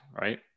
right